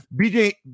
bj